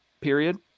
period